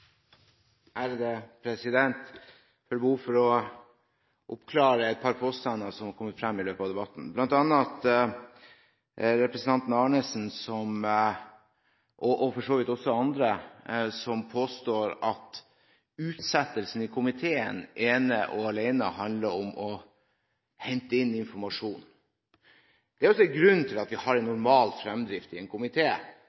er fremtidsrettede. Jeg har behov for å oppklare et par påstander som har kommet frem i løpet av debatten, bl.a. fra representanten Arnesen – og for så vidt også fra andre – som påstår at utsettelsen i komiteen ene og alene handler om å hente inn informasjon. Det er en grunn til at vi har